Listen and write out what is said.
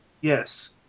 Yes